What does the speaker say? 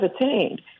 attained